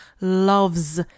loves